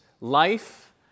life